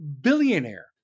billionaire